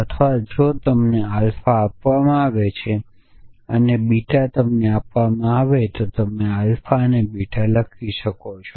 અથવા જો તમને આલ્ફા આપવામાં આવે છે અને બીટા તમને આપવામાં આવે છે તો તમે આલ્ફા અને બીટા લખી શકો છો